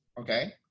okay